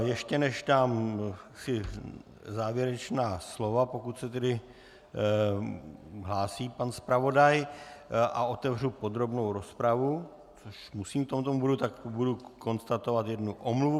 Ještě než dám závěrečná slova, pokud se hlásí pan zpravodaj, a otevřu podrobnou rozpravu, což musím k tomuto bodu, tak budu konstatovat jednu omluvu.